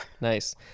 Nice